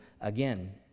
again